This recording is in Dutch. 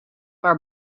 paar